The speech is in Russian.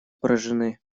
поражены